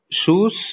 shoes